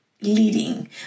leading